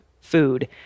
food